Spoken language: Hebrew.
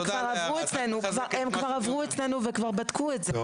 הם כבר עברו אצלנו וכבר בדקו את זה.